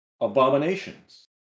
abominations